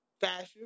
fashion